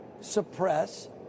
suppress